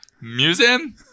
Museum